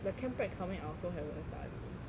the chem prac coming I also haven't study